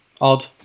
odd